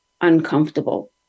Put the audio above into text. uncomfortable